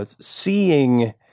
seeing